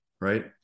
right